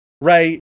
right